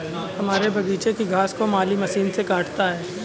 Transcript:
हमारे बगीचे की घास को माली मशीन से काटता है